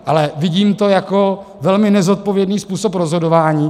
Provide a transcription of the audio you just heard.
Ale vidím to jako velmi nezodpovědný způsob rozhodování.